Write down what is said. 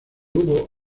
hubo